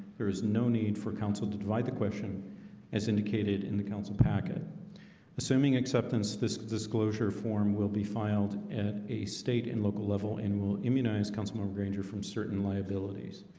there is no need for council to divide the question as indicated in the council packet assuming acceptance. this disclosure form will be filed at a state and local level and will immunize councilman granger from certain liabilities